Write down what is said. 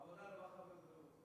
ועדת העבודה, הרווחה והבריאות.